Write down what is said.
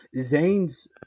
Zane's